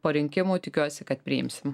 po rinkimų tikiuosi kad priimsim